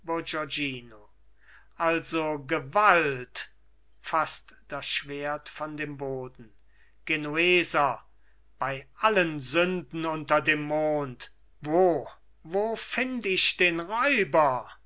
also gewalt faßt das schwert von dem boden genueser bei allen sünden unter dem mond wo wo find ich den räuber